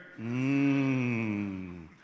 Mmm